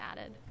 added